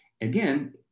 again